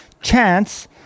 chance